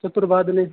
चतुर्वादने